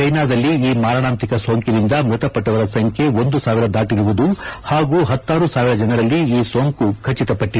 ಚೀನಾದಲ್ಲಿ ಈ ಮಾರಣಾಂತಿಕ ಸೋಂಕಿನಿಂದ ಮೃತಪಟ್ಟವರ ಸಂಬ್ಕೆ ಒಂದು ಸಾವಿರ ದಾಟಿರುವುದು ಹಾಗೂ ಹತ್ತಾರು ಸಾವಿರ ಜನರಲ್ಲಿ ಈ ಸೋಂಕು ಖಚಿತಪಟ್ಟಿದೆ